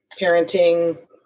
parenting